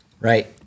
Right